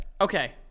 Okay